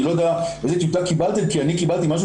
אני לא יודע איזה טיוטה קיבלתי כי אני קיבלתי משהו